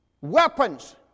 weapons